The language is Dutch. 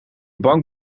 bang